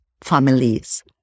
families